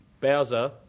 Bowser